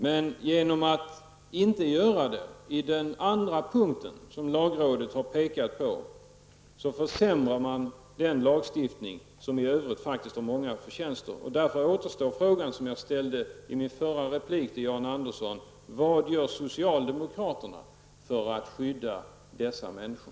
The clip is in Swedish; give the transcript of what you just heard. Men genom att inte göra det, och det gäller då den andra punkten som lagrådet har pekat på, medverkar man till att en lagstiftning försämras som i övrigt faktiskt har många förtjänster. Därför kvarstår den fråga som jag ställde i min förra replik till Jan Andersson: Vad gör socialdemokraterna för att skydda dessa människor?